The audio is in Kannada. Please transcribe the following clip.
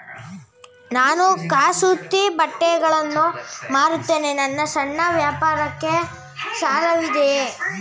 ನಾನು ಕಸೂತಿ ಬಟ್ಟೆಗಳನ್ನು ಮಾರುತ್ತೇನೆ ನನ್ನ ಸಣ್ಣ ವ್ಯಾಪಾರಕ್ಕೆ ಸಾಲವಿದೆಯೇ?